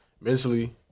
mentally